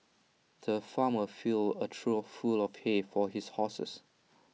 the farmer filled A trough full of hay for his horses